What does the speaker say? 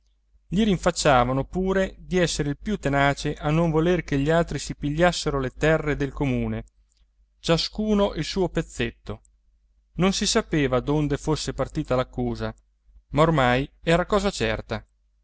messe gli rinfacciavano pure di essere il più tenace a non voler che gli altri si pigliassero le terre del comune ciascuno il suo pezzetto non si sapeva donde fosse partita l'accusa ma ormai era cosa certa